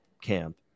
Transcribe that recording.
camp